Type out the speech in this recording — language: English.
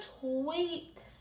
tweet